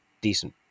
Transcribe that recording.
decent